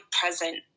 present